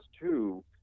two